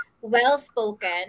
well-spoken